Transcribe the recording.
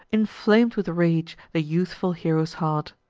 inflam'd with rage the youthful hero's heart.